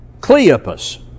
Cleopas